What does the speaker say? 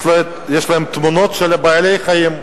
יש להן תמונות של בעלי-חיים.